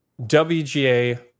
WGA